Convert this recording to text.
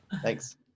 Thanks